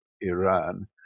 iran